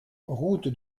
route